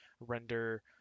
render